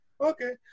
Okay